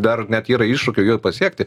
dar net yra iššūkių jų pasiekti